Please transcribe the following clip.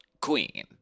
queen